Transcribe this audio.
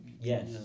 Yes